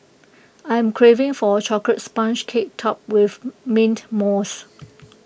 I am craving for A Chocolate Sponge Cake Topped with Mint Mousse